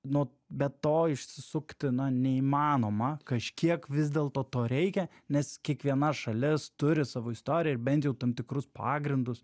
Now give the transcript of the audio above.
nuo be to išsisukti neįmanoma kažkiek vis dėlto to reikia nes kiekviena šalis turi savo istoriją ir bent jau tam tikrus pagrindus